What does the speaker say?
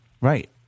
Right